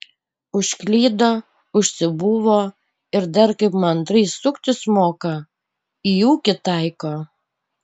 užklydo užsibuvo ir dar kaip mandrai suktis moka į ūkį taiko